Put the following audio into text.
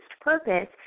purpose